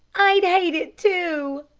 i'd hate it, too!